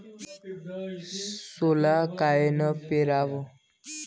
सोला कायनं पेराव?